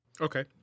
Okay